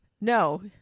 no